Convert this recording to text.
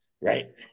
right